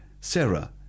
Sarah